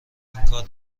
اینکار